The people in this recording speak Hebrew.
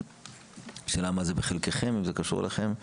השאלה אם זה קשור אליכם.